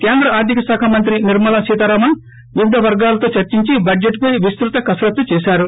కేంద్ర ఆర్గిక శాఖ మంత్రి నిర్మలా సీతారామన్ వివిధ వర్గాలతో చర్చించి బడ్జెట్పై విస్తృత కసరత్తు చేశారు